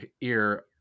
ear